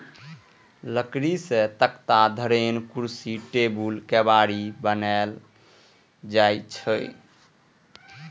लकड़ी सं तख्ता, धरेन, कुर्सी, टेबुल, केबाड़ बनाएल जाइ छै